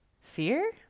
Fear